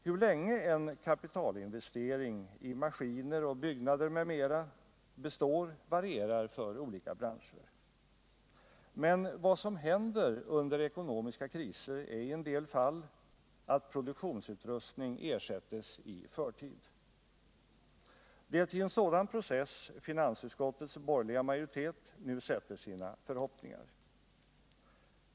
Hur länge en kapitalinvestering, i maskiner, byggnader m.m., består varierar inom olika branscher. Men vad som händer under ekonomiska kriser är i en del fall att produktionsutrustning ersätts i förtid. Det är till en sådan process finansutskottets borgerliga majoritet nu sätter sina förhoppningar.